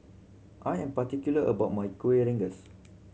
I am particular about my Kuih Rengas